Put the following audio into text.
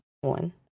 one